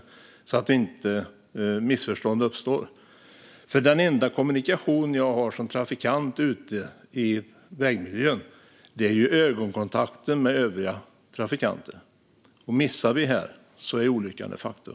Missförstånd ska inte kunna uppstå. Den enda kommunikation man har som trafikant ute i vägmiljön är ögonkontakten med övriga trafikanter. Om vi missar här är olyckan ett faktum.